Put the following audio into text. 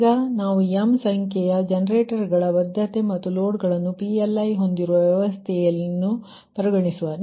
ಈಗ ನಾವು m ಸಂಖ್ಯೆಯ ಜನರೇಟರ್ಗಳಬದ್ಧತೆ ಮತ್ತು ಲೋಡ್ಗಳನ್ನು PLi ಹೊಂದಿರುವ ವ್ಯವಸ್ಥೆಯನ್ನು ಪರಿಗಣಿಸುವ